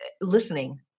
listening